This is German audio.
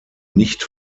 nicht